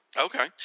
Okay